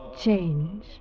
change